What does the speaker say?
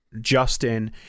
Justin